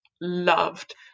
loved